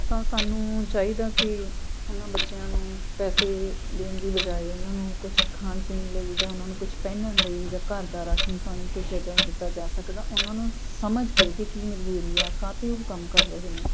ਤਾਂ ਸਾਨੂੰ ਚਾਹੀਦਾ ਕਿ ਉਹਨਾਂ ਬੱਚਿਆਂ ਨੂੰ ਪੈਸੇ ਦੇਣ ਦੀ ਬਜਾਏ ਉਹਨਾਂ ਨੂੰ ਕੁਛ ਖਾਣ ਪੀਣ ਲਈ ਜਾਂ ਉਹਨਾਂ ਨੂੰ ਕੁਛ ਪਹਿਨਣ ਲਈ ਜਾਂ ਘਰ ਦਾ ਰਾਸ਼ਨ ਪਾਣੀ ਕੁਛ ਐਦਾਂ ਦਾ ਦਿੱਤਾ ਜਾ ਸਕਦਾ ਉਹਨਾਂ ਨੂੰ ਸਮਝ ਕੇ ਕਿ ਕੀ ਮਜ਼ਬੂਰੀ ਆ ਕਾਹਤੇ ਉਹ ਕੰਮ ਕਰ ਰਹੇ ਨੇ